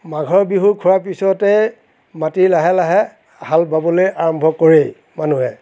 মাঘৰ বিহু খোৱাৰ পিছতে মাটি লাহে লাহে হাল বাবলৈ আৰম্ভ কৰেই মানুহে